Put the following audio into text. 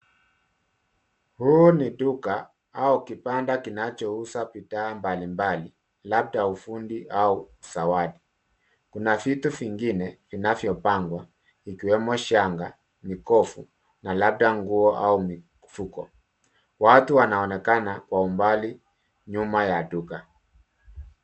Hii ni duka, au kibanda kinachouzwa bidhaa mbalimbali, labda ufundi au zawadi. Kuna vitu vingine vilivyopangwa, ikiwemo shanga, mikofu na labda nguo au mifuko. Watu wanaonekana kwa umbali, nyuma ya duka.